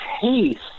taste